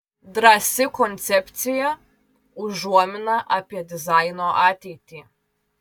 drąsi koncepcija užuomina apie dizaino ateitį